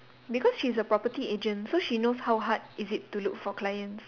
because she's a property agent so she knows how hard is it to look for clients